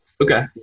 Okay